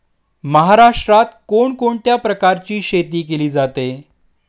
महाराष्ट्रात कोण कोणत्या प्रकारची शेती केली जाते?